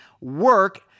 work